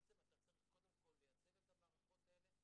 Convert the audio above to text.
צריך קודם כל לייצב את המערכות האלה,